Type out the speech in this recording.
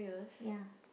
ya